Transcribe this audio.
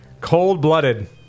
Cold-blooded